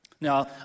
Now